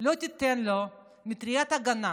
לא תיתן לו מטריית הגנה